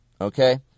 okay